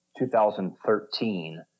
2013